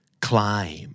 Climb